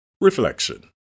Reflection